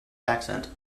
accent